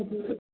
हजुर